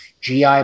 GI